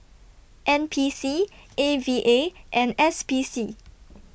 N P C A V A and S P C